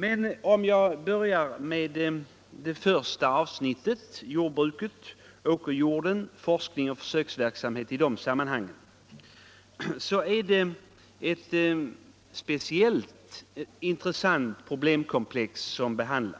Men om jag börjar med det första avsnittet, forskning och försöksverksamhet i samband med jordbuket och åkerjorden, så vill jag säga att detta problemkomplex är speciellt intressant,